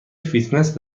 فیتنس